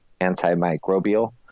antimicrobial